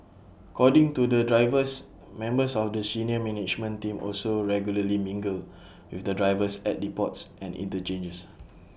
according to the drivers members of the senior management team also regularly mingle with the drivers at depots and interchanges